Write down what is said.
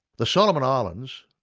the solomon islands,